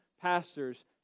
pastors